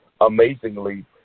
Amazingly